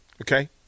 okay